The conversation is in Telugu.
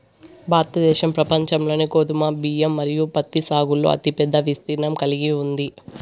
భారతదేశం ప్రపంచంలోనే గోధుమ, బియ్యం మరియు పత్తి సాగులో అతిపెద్ద విస్తీర్ణం కలిగి ఉంది